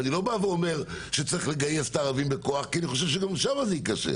אני לא אומר שצריך לגייס את הערבים בכוח כי אני חושב שגם שם זה ייכשל.